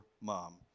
mom